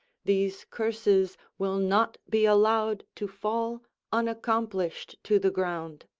these curses will not be allowed to fall unaccomplished to the ground.